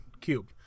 cube